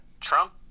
Trump